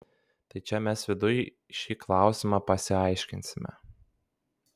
tai čia mes viduj šį klausimą pasiaiškinsime